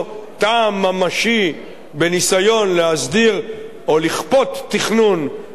בניסיון להסדיר או לכפות תכנון באמצעות חקיקה.